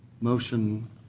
motion